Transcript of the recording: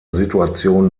situation